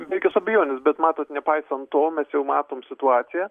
be jokios abejonės bet matot nepaisant to mes jau matom situaciją